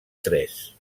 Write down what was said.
tres